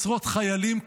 עשרות חיילים,